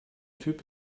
typ